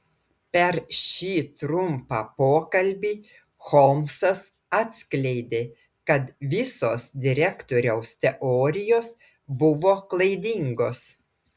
per šį trumpą pokalbį holmsas atskleidė kad visos direktoriaus teorijos buvo klaidingos